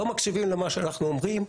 לא מקשיבים למה שאנחנו אומרים.